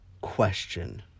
question